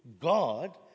God